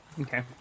Okay